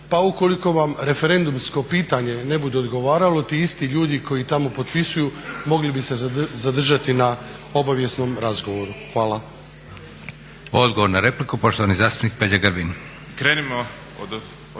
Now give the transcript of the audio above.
pa ukoliko vam referendumsko pitanje ne bude odgovaralo ti isti ljudi koji tamo potpisuju mogli bi se zadržati na obavijesnom razgovoru. Hvala. **Leko, Josip (SDP)** Odgovor na repliku poštovani zastupnik Peđa Grbin. **Grbin, Peđa